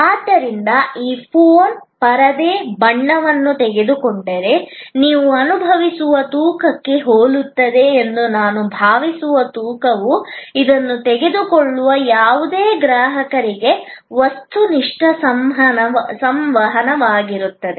ಆದ್ದರಿಂದ ಈ ಫೋನ್ ಪರದೆ ಬಣ್ಣವನ್ನು ತೆಗೆದುಕೊಂಡರೆ ನೀವು ಅನುಭವಿಸುವ ತೂಕಕ್ಕೆ ಹೋಲುತ್ತದೆ ಎಂದು ನಾನು ಭಾವಿಸುವ ತೂಕವು ಇದನ್ನು ತೆಗೆದುಕೊಳ್ಳುವ ಯಾವುದೇ ಗ್ರಾಹಕರಿಗೆ ವಸ್ತುನಿಷ್ಠ ಸಂವಹನವಾಗಿರುತ್ತದೆ